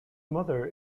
mother